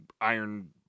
Iron